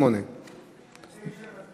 8. על 9 נצביע.